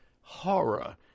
horror